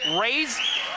Raise